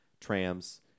trams